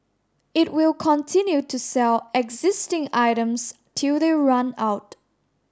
it will continue to sell existing items till they run out